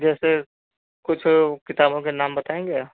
जैसे कुछ वो किताबों के नाम बताएँगे क्या